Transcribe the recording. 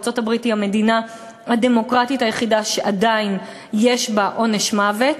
ארצות-הברית היא המדינה הדמוקרטית היחידה שעדיין יש בה עונש מוות,